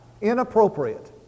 inappropriate